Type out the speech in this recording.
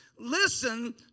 Listen